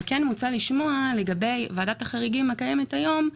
על כן מוצע לשמוע לגבי ועדת החריגים הקיימת כיום,